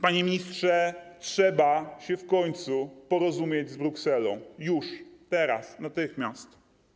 Panie ministrze, trzeba się w końcu porozumieć z Brukselą - już, teraz, natychmiast.